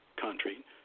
country